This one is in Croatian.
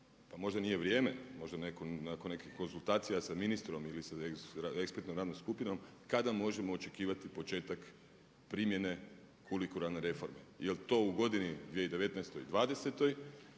možda nije vrijeme, možda netko nakon nekih konzultacija sa ministrom ili sa ekspertnom radnom skupinom kada možemo očekivati početak primjene kurikularne reforme. Jel' to u godini 2019. i